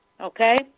okay